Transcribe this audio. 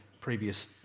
previous